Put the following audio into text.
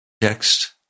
Text